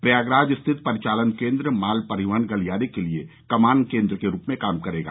प्रयागराज स्थित परिचालन केन्द्र माल परिवहन गलियारे के लिए कमान केन्द्र के रूप में काम करेगा